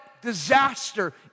disaster